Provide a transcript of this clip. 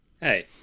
Hey